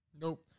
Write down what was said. Nope